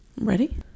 Ready